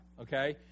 okay